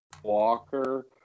Walker